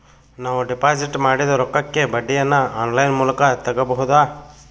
ನಾವು ಡಿಪಾಜಿಟ್ ಮಾಡಿದ ರೊಕ್ಕಕ್ಕೆ ಬಡ್ಡಿಯನ್ನ ಆನ್ ಲೈನ್ ಮೂಲಕ ತಗಬಹುದಾ?